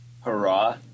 Hurrah